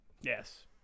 Yes